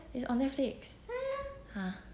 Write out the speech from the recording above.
it's on Netflix ah